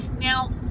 Now